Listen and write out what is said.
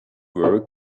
work